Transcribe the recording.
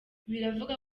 biravugwa